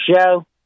show